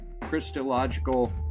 Christological